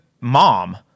mom